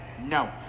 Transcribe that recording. No